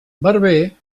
barber